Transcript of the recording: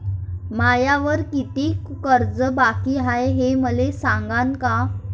मायावर कितीक कर्ज बाकी हाय, हे मले सांगान का?